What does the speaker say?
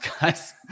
guys